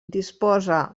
disposa